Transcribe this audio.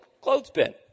clothespin